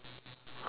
really